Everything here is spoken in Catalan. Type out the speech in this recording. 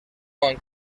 amb